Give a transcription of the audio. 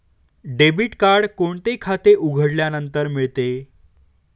Debit card कोणते खाते उघडल्यानंतर मिळते?